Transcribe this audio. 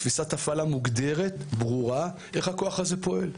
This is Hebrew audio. תפיסת הפעלה מוגדרת, ברורה, איך הכוח הזה פועל.